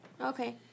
okay